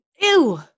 Ew